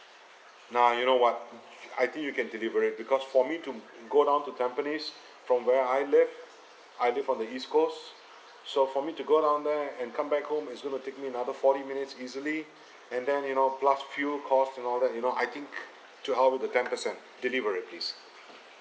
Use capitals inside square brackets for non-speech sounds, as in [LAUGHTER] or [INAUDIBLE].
nah you know [what] I think you can deliver it because for me to go down to tampines from where I live I live on the east coast so for me to go down there and come back home it's going to take me another forty minutes easily [BREATH] and then you know plus fuel cost and all that you know I think to hell with the ten per cent delivery please